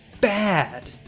bad